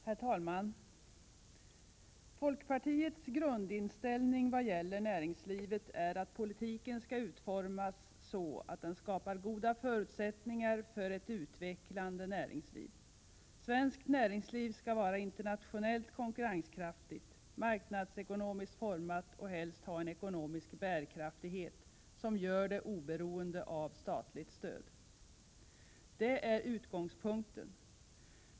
Herr talman! Folkpartiets grundinställning vad gäller näringslivet är att politiken skall utformas så att den skapar goda förutsättningar för ett utvecklande näringsliv. Svenskt näringsliv skall vara internationellt konkurrenskraftigt, marknadsekonomiskt format och helst ha en ekonomisk bärkraftighet som gör det oberoende av statligt stöd. Det är utgångspunkten.